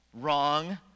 Wrong